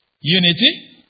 Unity